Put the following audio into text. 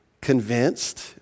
convinced